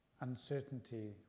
uncertainty